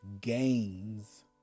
gains